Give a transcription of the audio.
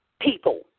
people